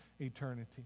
eternity